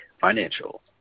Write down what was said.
Financial